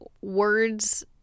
words